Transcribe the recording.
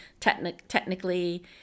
technically